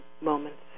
moments